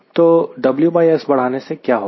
तो WS बढ़ाने से क्या होगा